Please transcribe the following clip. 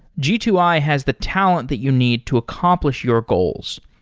g two i has the talent that you need to accomplish your goals.